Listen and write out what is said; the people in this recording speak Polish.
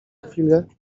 chwilę